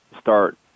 start